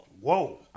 Whoa